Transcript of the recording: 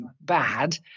bad